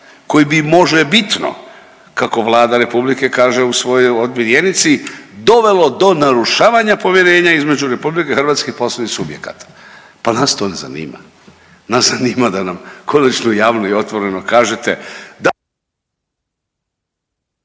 koje bi možebitno kako Vlada Republike kaže u svojoj odbijenici, dovelo do narušavanja povjerenja između RH i poslovnih subjekata. Pa nas to ne zanima, nas zanima da nam konačno i javno i otvoreno kažete da